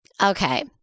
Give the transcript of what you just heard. Okay